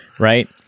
Right